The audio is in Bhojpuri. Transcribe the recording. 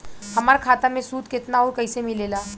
हमार खाता मे सूद केतना आउर कैसे मिलेला?